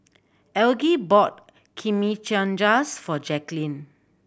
Elgie bought Chimichangas for Jacklyn